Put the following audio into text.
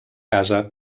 casa